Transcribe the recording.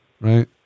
right